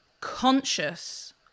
conscious